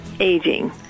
aging